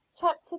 chapter